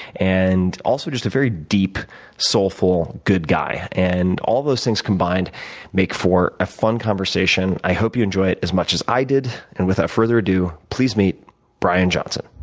and also, just a very deep soulful good guy and all those things combined make for a fun conversation. i hope you enjoy it as much as i did, and without further ado, please meet bryan johnson.